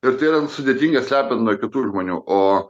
ir tai yra sudėtinga slepiant nuo kitų žmonių o